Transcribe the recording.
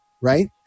right